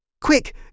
Quick